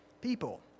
people